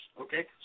okay